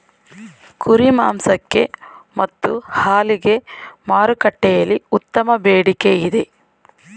ಕುರಿ ಮಾಂಸಕ್ಕೆ ಮತ್ತು ಹಾಲಿಗೆ ಮಾರುಕಟ್ಟೆಯಲ್ಲಿ ಉತ್ತಮ ಬೇಡಿಕೆ ಇದೆ